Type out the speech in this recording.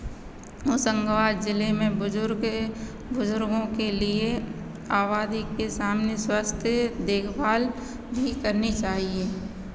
हौशंगाबाद जिले में बुज़ुर्ग बुज़ुर्गों के लिए आबादी के सामने स्वस्थ देखभाल भी करनी चाहिए